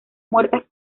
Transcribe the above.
muertas